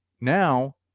now